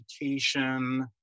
education